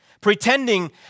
pretending